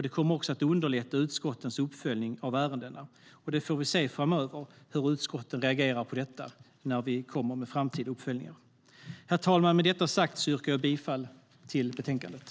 Det kommer också att underlätta utskottens uppföljning av ärendena. I framtida uppföljningar får vi se hur utskotten reagerar på detta.